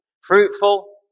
Fruitful